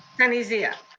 sunny zia.